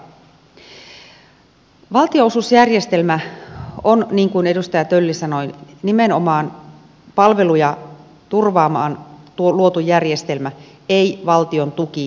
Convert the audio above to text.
valtionosuusjärjestelmä on niin kuin edustaja tölli sanoi nimenomaan palveluja turvaamaan luotu järjestelmä ei valtion tuki suoranaisesti